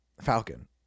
Falcon